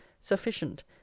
sufficient